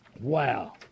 Wow